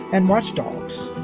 and watchdogs.